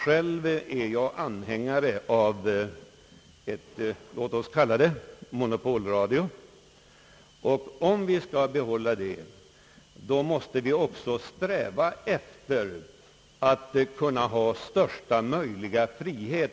Själv är jag anhängare av ett system med låt mig kalla det monopolradio, och om vi skall behålla det måste vi sträva efter att ge producenterna av programmen största möjliga frihet.